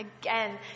again